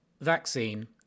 Vaccine